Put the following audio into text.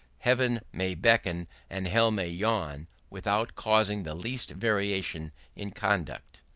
heaven may beckon and hell may yawn without causing the least variation in conduct.